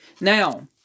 Now